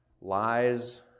lies